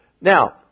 Now